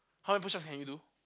how many push-ups can you do